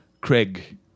Craig